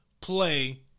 play